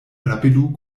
rapidu